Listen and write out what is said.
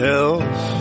else